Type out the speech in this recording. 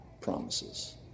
promises